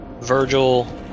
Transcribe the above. Virgil